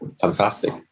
fantastic